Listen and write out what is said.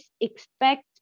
expect